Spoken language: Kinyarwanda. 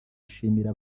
ashimira